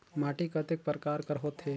माटी कतेक परकार कर होथे?